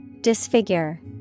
Disfigure